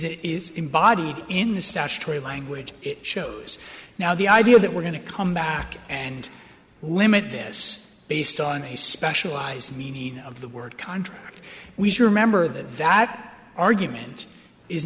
statutory language it shows now the idea that we're going to come back and limit this based on a specialized meaning of the word contract we should remember that that argument is